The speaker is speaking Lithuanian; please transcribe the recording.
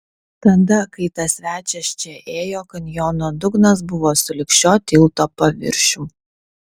tada kai tas svečias čia ėjo kanjono dugnas buvo sulig šio tilto paviršium